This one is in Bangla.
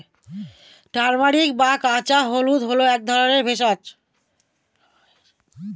টার্মেরিক বা কাঁচা হলুদ হল এক ধরনের ভেষজ